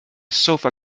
sofa